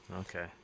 Okay